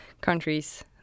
countries